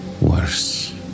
worse